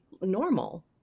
normal